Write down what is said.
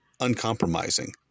uncompromising